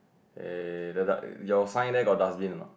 eh the your sign there got dustbin or not